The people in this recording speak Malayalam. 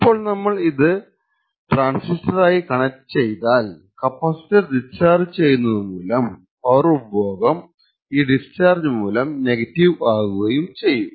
ഇപ്പോൾ നമ്മൾ ഇത് ട്രാൻസിസ്റ്റർ ആയി കണക്ട് ചെയ്താൽ കപ്പാസിറ്റർ ഡിസ്ചാർജ് പവർ ഉപഭോഗം ഈ ഡിസ്ചാർജ് മൂലം നെഗറ്റീവ് ആകുകയും ചെയ്യും